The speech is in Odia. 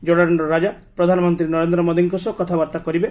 କୋର୍ଡାନ୍ର ରାଜା ପ୍ରଧାନମନ୍ତ୍ରୀ ନରେନ୍ଦ୍ର ମୋଦିଙ୍କ ସହ କଥାବାର୍ତ୍ତା କରିବେ